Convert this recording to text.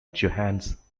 johannes